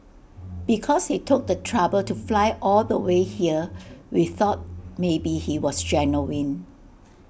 because he took the trouble to fly all the way here we thought maybe he was genuine